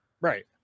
Right